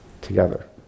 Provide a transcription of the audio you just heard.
together